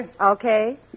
Okay